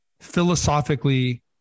philosophically